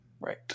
right